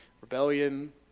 rebellion